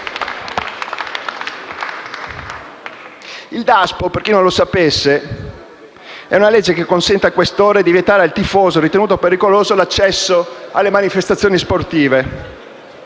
Il DASPO, per chi non lo sapesse, è una misura prevista dalla legge che consente al questore di vietare, al tifoso ritenuto pericoloso, l'accesso alle manifestazioni sportive.